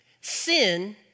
sin